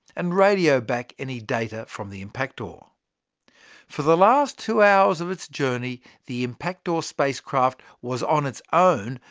and radio back any data from the impactor. for the last two hours of its journey, the impactor spacecraft was on its own,